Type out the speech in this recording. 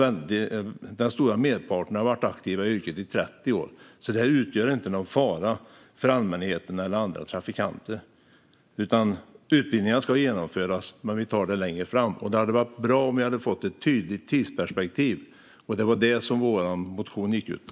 Den stora merparten har varit aktiva i yrket i 30 år, så de utgör inte någon fara för allmänheten eller andra trafikanter. Utbildningarna ska genomföras, men vi tar det längre fram. Det hade varit bra om vi hade fått ett tydligt tidsperspektiv. Det var detta som vår motion gick ut på.